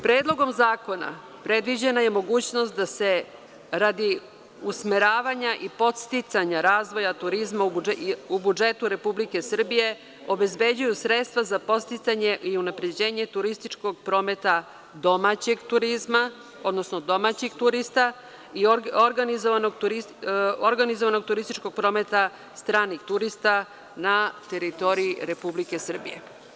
Predlogom zakona predviđena je mogućnost da se radi usmeravanja i podsticanja razvoja turizma u budžetu Republike Srbije obezbeđuju sredstva za podsticanje i unapređenje turističkog prometa domaćeg turizma, odnosno domaćih turista i organizovanog turističkog prometa stranih turista na teritoriji Republike Srbije.